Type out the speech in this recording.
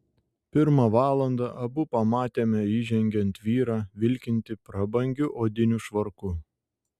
pirmą valandą abu pamatėme įžengiant vyrą vilkintį prabangiu odiniu švarku